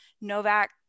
Novak